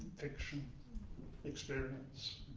fiction experience.